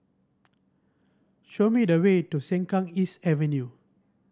show me the way to Sengkang East Avenue